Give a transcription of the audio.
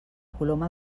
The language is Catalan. coloma